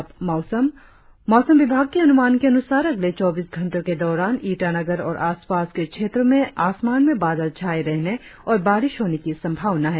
और अब मौसम मौसम विभाग के अनुमान के अनुसार अगले चौबीस घंटो के दौरान ईटानगर और आसपास के क्षेत्रो में आसमान में बादल छाये रहने और बारिश होने की संभावना है